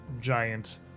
giant